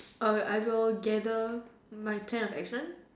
err I will gather my pen of accent